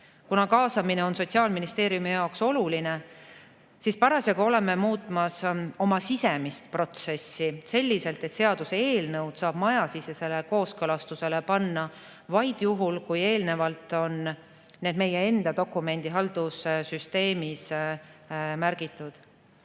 Kuna kaasamine on Sotsiaalministeeriumi jaoks oluline, siis parasjagu oleme muutmas oma sisemist protsessi selliselt, et seaduseelnõud saab majasisesele kooskõlastusele panna vaid juhul, kui eelnevalt on need meie enda dokumendihaldussüsteemis märgitud